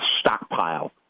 stockpile